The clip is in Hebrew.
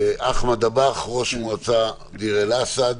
אחמד דבאח, ראש המועצה דיר אל-אסד.